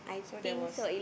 so there was